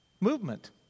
movement